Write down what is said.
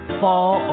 fall